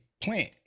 Plant